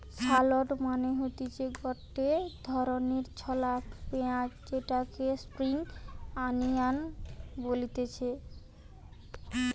shallot মানে হতিছে গটে ধরণের ছলা পেঁয়াজ যেটাকে স্প্রিং আনিয়ান বলতিছে